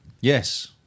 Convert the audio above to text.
Yes